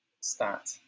stat